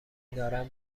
دارم